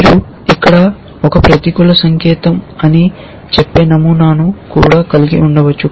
మీరు ఇక్కడ ఒక ప్రతికూల సంకేతం అని చెప్పే నమూనాను కూడా కలిగి ఉండవచ్చు